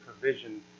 provision